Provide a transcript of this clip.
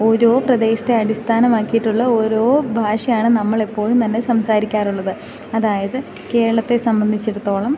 ഓരോ പ്രദേശത്തെ അടിസ്ഥാനമാക്കിയിട്ടുള്ള ഓരോ ഭാഷയാണ് നമ്മൾ എപ്പോഴും തന്നെ സംസാരിക്കാറുള്ളത് അതായത് കേരളത്തെ സംബന്ധിച്ചെടുത്തോളം